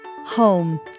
home